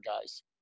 guys